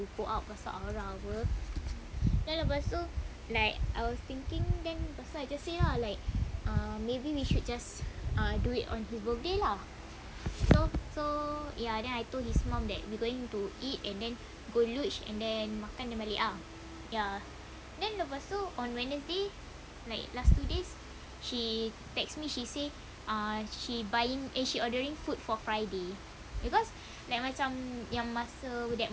go out pasal aura [pe] then lepas tu I was thinking then lepas tu I just say lah like err maybe we should just do it on the birthday lah so so ya then I told his mum that we're going to eat and then go luge and then makan then balik ah ya then lepas tu on wednesday like last two days she text me she say ah she buying eh she ordering food for friday because like macam yang masa that monday